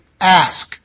ask